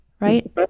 right